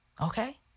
Okay